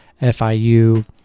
FIU